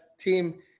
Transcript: team